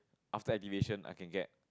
after activation I can get